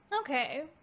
Okay